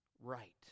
right